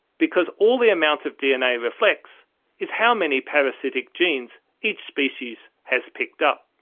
because all the amount of dna reflects is how many parasitic genes each species has picked up.